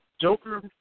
Joker